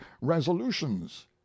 resolutions